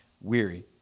weary